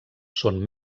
són